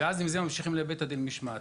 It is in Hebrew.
ואז, עם זה ממשיכים לבית הדין למשמעת.